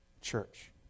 church